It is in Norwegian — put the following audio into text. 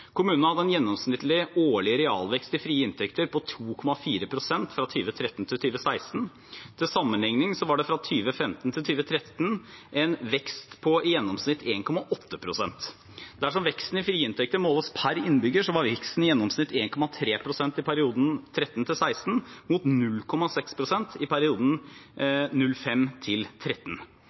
Kommunene hadde en gjennomsnittlig årlig realvekst i frie inntekter på 2,4 pst. fra 2013 til 2016. Til sammenligning var det fra 2005 til 2013 en vekst på i gjennomsnitt 1,8 pst. Dersom veksten i frie inntekter måles per innbygger, var veksten i gjennomsnitt 1,3 pst. i perioden 2013–2016, mot 0,6 pst. i perioden 2005–2013. Det økonomiske resultatet for kommunesektoren i